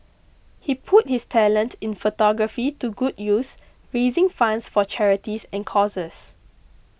he put his talent in photography to good use raising funds for charities and causes